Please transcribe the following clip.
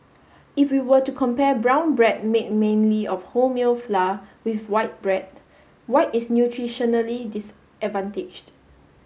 if we were to compare brown bread made mainly of wholemeal flour with white bread white is nutritionally disadvantaged